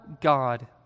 God